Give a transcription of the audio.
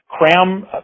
Cram